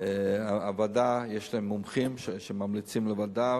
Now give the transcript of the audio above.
לוועדה יש מומחים שממליצים לוועדה.